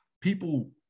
People